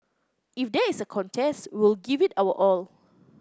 if there is a contest we will give it our all